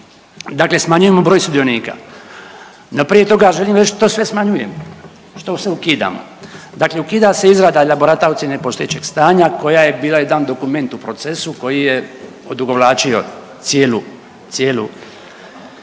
Dakle smanjujemo broj sudionika, no prije toga želim reć što sve smanjujem, što sve ukidam. Dakle ukida se izrada elaborata ocjena postojećeg stanja koja je bila jedan dokument u procesu koji je odugovlačio cijelu obnovu